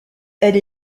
elle